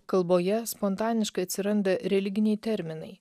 kalboje spontaniškai atsiranda religiniai terminai